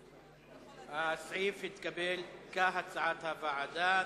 37. סעיף 33 התקבל כהצעת הוועדה.